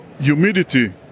humidity